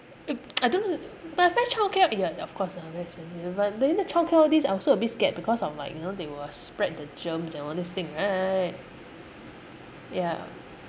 it I don't know but I find childcare ya of course lah very expensive but then the childcare all this I also a bit scared because of like you know they will spread the germs and all this thing right ya